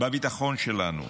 בביטחון שלנו.